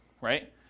right